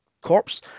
corpse